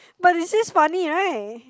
but this is funny [right]